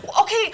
okay